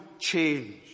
change